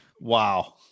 Wow